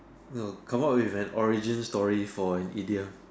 no come out with an origin story for an idiom